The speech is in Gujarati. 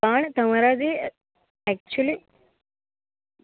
પણ તમારા જે એકચ્યુલી